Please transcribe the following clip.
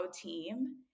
team